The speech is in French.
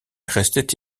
restait